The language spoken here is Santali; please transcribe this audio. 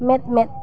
ᱢᱮᱫ ᱢᱮᱫ